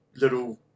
little